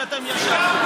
שאתם ישבתם בה.